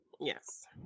yes